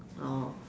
oh